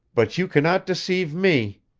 but you can not deceive me.